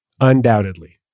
Undoubtedly